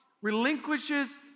relinquishes